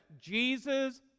Jesus